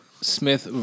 Smith